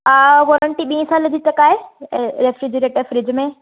हा वॉरंटी ॿीं साल जी तक आहे रेफ्रिजरेटर फ्रिज में